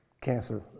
cancer